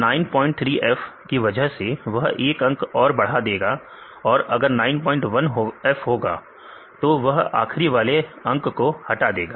विद्यार्थी दशमलव के बाद एक और अंक तो 93f की वजह से वह एक अंक और बढ़ा देगा और अगर 91f होगा तो वह आखरी वाले अंक को हटा देगा